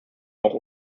auch